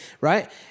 right